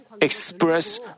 express